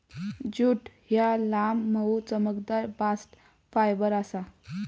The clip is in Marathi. ज्यूट ह्या लांब, मऊ, चमकदार बास्ट फायबर आसा